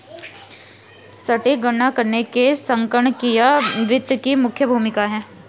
सटीक गणना करने में संगणकीय वित्त की मुख्य भूमिका है